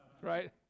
Right